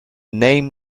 name